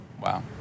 Wow